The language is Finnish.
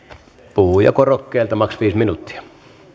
puhujakorokkeelta max viisi minuuttia